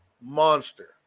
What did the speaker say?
monster